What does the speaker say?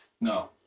No